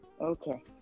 Okay